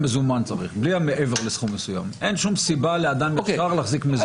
אין סיבה לאדם ישר להחזיק מזומן.